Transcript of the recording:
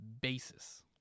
basis